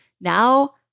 now